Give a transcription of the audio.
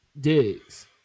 Digs